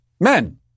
men